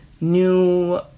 new